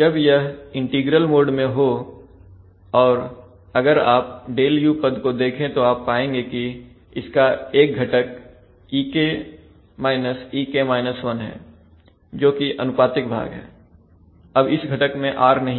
जब यह integral mode में हो और अगर आप Δu पद को देखें तो आप पाएंगे कि इसका एक घटक e e है जोकि अनुपातिक भाग है अब इस घटक में r नहीं है